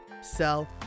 sell